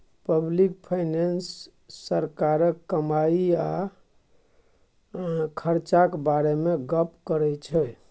public finance सरकारक कमाई आ खरचाक बारे मे गप्प करै छै